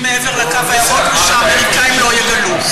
מעבר לקו הירוק ושהאמריקנים לא יגלו.